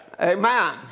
Amen